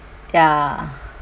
ya